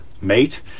mate